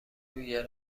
روی